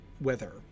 weather